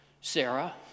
Sarah